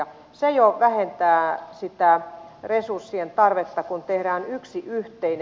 se jo vähentää sitä resurssien tarvetta kun tehdään yksi yhteinen